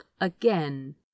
again